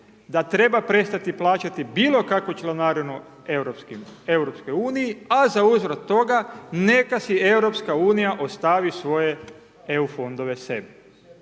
da treba prestati plaćati bilo kakvu članarinu Europskoj uniji, a za uzvrat toga neka si Europska unija ostavi svoje EU fondove sebi.